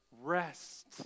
Rest